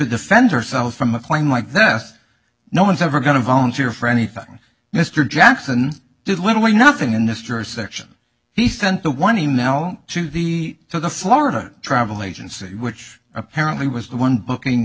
defend ourselves from a plane like this no one's ever going to volunteer for anything mr jackson did literally nothing in this jurisdiction he sent the one email to the to the florida travel agency which apparently was the one booking